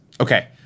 Okay